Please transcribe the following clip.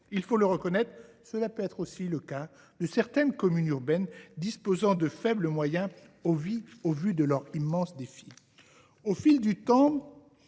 Il faut le reconnaître, cela peut aussi être le cas de certaines communes urbaines disposant de faibles moyens au vu des immenses défis qu’elles